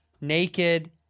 Naked